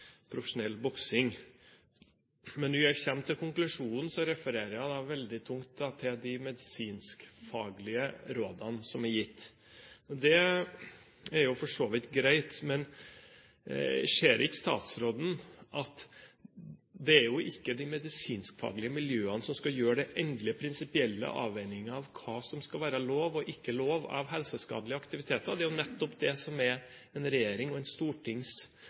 profesjonell boksing. Men når hun kommer til konklusjonen, refererer hun veldig tungt til de medisinskfaglige rådene som er gitt. Det er for så vidt greit. Men ser ikke statsråden at det ikke er de medisinskfaglige miljøene som skal gjøre de endelige, prinsipielle avveiningene av hva som skal være lov og ikke lov av helseskadelige aktiviteter? Det er nettopp en regjerings og et stortings oppgave å gjøre endelige vurderinger av hva som skal være lov i et fritt og